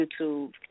YouTube